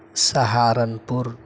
Saharanpur